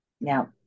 Now